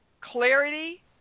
clarity